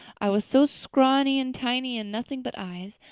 i was so scrawny and tiny and nothing but eyes,